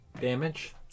damage